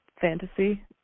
fantasy